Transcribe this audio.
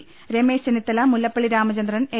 ളു മായി Ramesh Chennithala Mullappally Ramachandran A